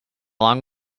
long